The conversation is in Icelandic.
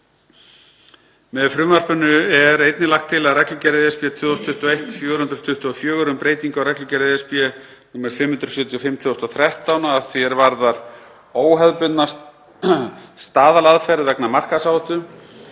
Með frumvarpinu er einnig lagt til að reglugerð ESB 2021/424, um breytingu á reglugerð ESB nr. 575/2013, að því er varðar óhefðbundna staðalaðferð vegna markaðsáhættu,